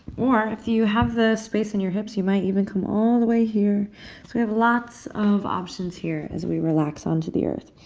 or, if you have the space in your hips, you might even come all the way here. so we have lots of options here as we relax onto the earth.